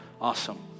Awesome